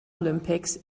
olympics